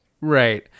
Right